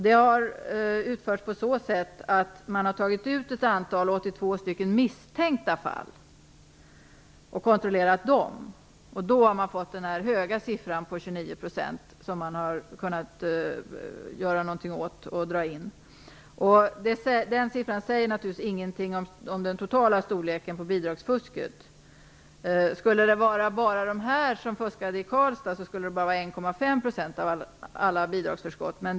Det har utförts på så sätt att man har tagit ut ett antal misstänkta fall, 82 stycken, och kontrollerat dem. Då har man fått denna höga siffra på 29 % av fallen där man har kunnat göra någonting åt fusket och dra in bidragsförskottet. Den siffran säger naturligtvis ingenting om den totala storleken på bidragsfusket. Skulle det vara bara dessa som fuskade i Karlstad, skulle det bara motsvara 1,5 % av alla bidragsförskott.